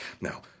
Now